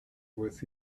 with